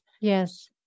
Yes